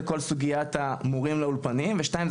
כל סוגיית המורים לאולפנים ושנייה,